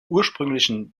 ursprünglichen